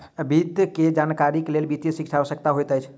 वित्त के जानकारीक लेल वित्तीय शिक्षा आवश्यक होइत अछि